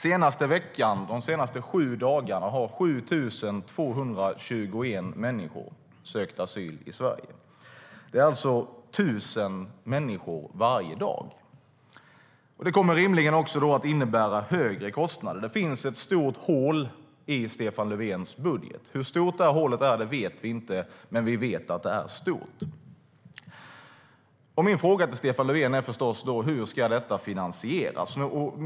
Under de senaste sju dagarna har 7 221 människor sökt asyl i Sverige. Det är alltså tusen människor varje dag. Det kommer rimligen också att innebära högre kostnader. Det finns ett stort hål i Stefan Löfvens budget. Hur stort det hålet är vet vi inte, men vi vet att det är stort. Min fråga till Stefan Löfven är då förstås: Hur ska detta finansieras?